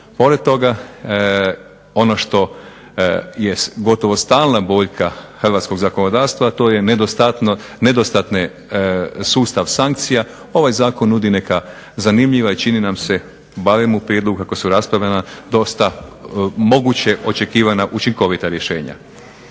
Pored toga ono što je gotovo stalna boljka hrvatskog zakonodavstva a to je nedostatne sustav sankcija. Ovaj zakon nudi neka zanimljiva i čini nam se barem u prijedlogu kako su raspravljana dosta moguće očekivana učinkovita rješenja.